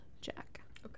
Jack